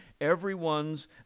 Everyone's